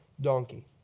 donkey